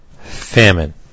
famine